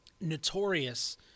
Notorious